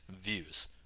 views